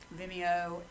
Vimeo